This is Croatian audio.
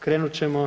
Krenut ćemo.